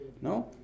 No